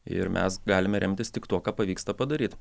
ir mes galime remtis tik tuo ką pavyksta padaryt